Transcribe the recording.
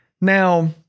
Now